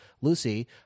Lucy